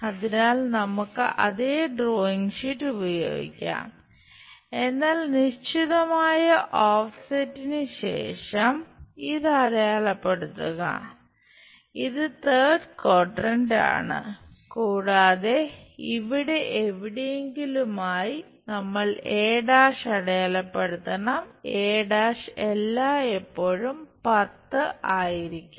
അതിനാൽ നമുക്ക് അതേ ഡ്രോയിംഗ് ഷീറ്റ് എല്ലായ്പ്പോഴും 10 ആയിരിക്കും